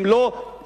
אם לא שער,